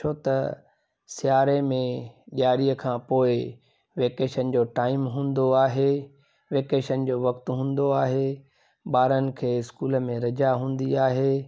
छो त सीआरे में ॾियारीअ खां पोइ वेकेशन जो टाइम हूंदो आहे वेकेशन जो वक़्ति हूंदो आहे ॿारनि खे स्कूल में रजा हूंदी आहे